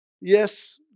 Yes